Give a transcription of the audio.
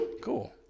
cool